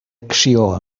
acció